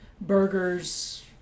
burgers